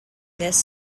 this